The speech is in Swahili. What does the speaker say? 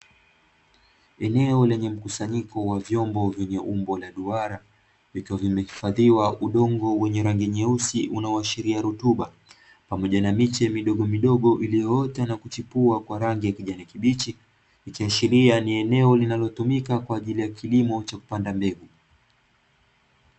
Eneo lenye mkusanyiko wa vyombo vyenye umbo la duara, vikiwa vimehifadhiwa udongo wenye rangi nyeusi unaoashiria rutuba, pamoja na miche midogomidogo iliyoota na kuchipua kwa rangi ya kijani kibichi, ikiashiria ni eneo linalotumika kwa ajili ya kilimo cha kupanda mbegu.